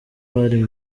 bari